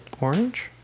Orange